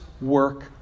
work